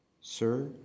Sir